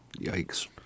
Yikes